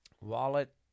wallet